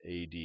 AD